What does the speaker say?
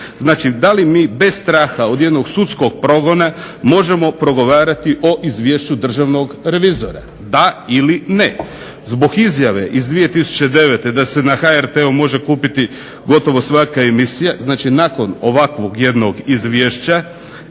znači da li mi bez straha od jednog sudskog progona možemo progovarati o izvješću državnog revizora, da ili ne. Zbog izjave iz 2009. da se na HRT-u može kupiti gotovo svaka emisija znači nakon ovakvog jednog izvješća,